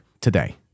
today